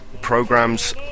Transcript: programs